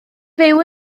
fyw